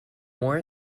more